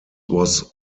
was